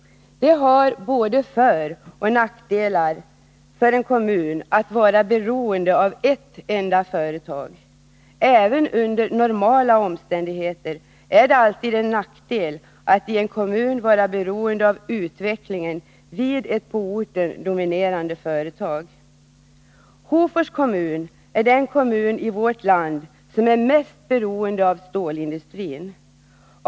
Det har både föroch nackdelar för en kommun att vara beroende av ett enda företag. Även under normala omständigheter är det alltid en nackdel attien kommun vara beroende av utvecklingen vid ett på orten dominerande företag. Hofors kommun är den kommun i vårt land som är mest beroende av stålindustrin.